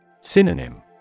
synonym